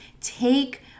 take